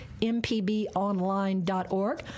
mpbonline.org